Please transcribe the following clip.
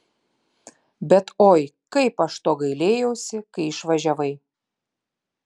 bet oi kaip aš to gailėjausi kai išvažiavai